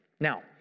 Now